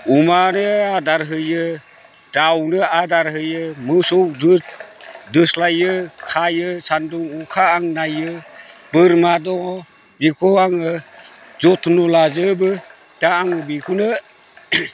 अमानो आदार होयो दाउनो आदार होयो मोसौ दोस्लायो खायो सान्दुं अखा आं नायो बोरमा दङ बेखौ आङो जथन' लाजोबो दा आं बेखौनो